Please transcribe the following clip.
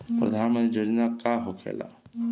प्रधानमंत्री योजना का होखेला?